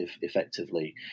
effectively